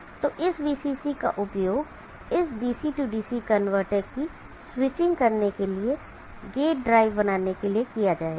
तो इस VCC का उपयोग इस DC DC कनवर्टर की स्विचिंग करने के लिए गेट ड्राइव बनाने के लिए किया जाएगा